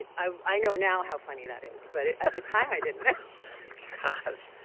i know now how funny that is, but, at the time, i didn't know. gosh!